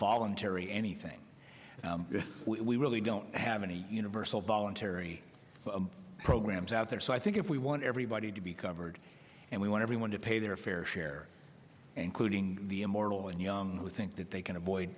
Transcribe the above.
voluntary anything we really don't have any universal voluntary programs out there so i think if we want everybody to be covered and we want everyone to pay their fair share and quoting the immortal and young we think that they can avoid